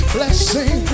Blessing